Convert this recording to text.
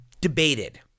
debated